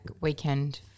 weekend